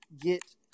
get